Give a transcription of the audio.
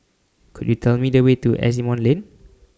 Could YOU Tell Me The Way to Asimont Lane